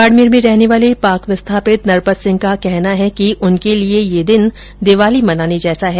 बाड़मेर में रहने वाले पाक विस्थापित नरपत सिंह का कहना है कि उनके लिए ये दिन दिवाली मनाने जैसा है